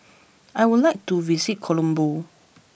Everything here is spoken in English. I would like to visit Colombo